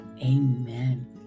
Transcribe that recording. Amen